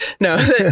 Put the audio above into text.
No